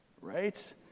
right